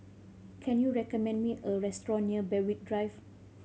can you recommend me a restaurant near Berwick Drive